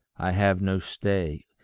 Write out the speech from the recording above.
i have no stay.